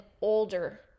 older